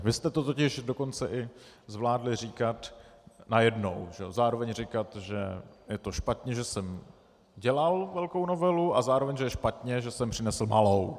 Vy jste to totiž dokonce i zvládli říkat najednou, zároveň říkat, že je špatně, že jsem dělal velkou novelu, a zároveň že je špatně, že jsem přinesl malou.